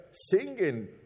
singing